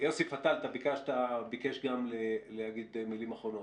יוסי פתאל, ביקשת להגיד מילים אחרונות.